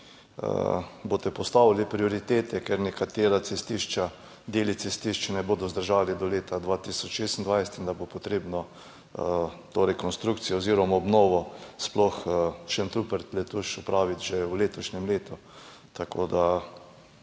boste postavili prioritete, ker nekatera cestišča, deli cestišč ne bodo zdržali do leta 2026 in bo potrebno to rekonstrukcijo oziroma obnovo, sploh Šentrupert–Letuš, opraviti že v letošnjem letu. Hvala